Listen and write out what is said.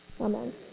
Amen